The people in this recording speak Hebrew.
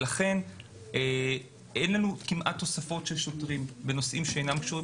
לכן אין לנו כמעט תוספות של שוטרים בנושאים שאינם קשורים